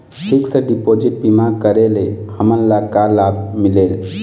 Fix deposit बीमा करे ले हमनला का लाभ मिलेल?